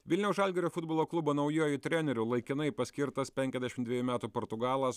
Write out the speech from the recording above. vilniaus žalgirio futbolo klubo naujuoju treneriu laikinai paskirtas penkaisdešim dvejų metų portugalas